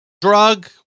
drug